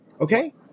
Okay